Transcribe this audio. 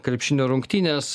krepšinio rungtynės